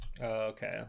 Okay